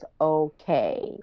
okay